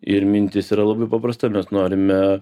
ir mintis yra labai paprasta mes norime